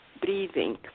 breathing